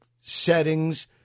settings